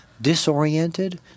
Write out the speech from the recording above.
disoriented